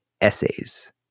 essays